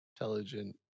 intelligent